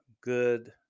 good